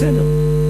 בסדר.